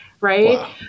right